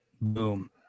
Boom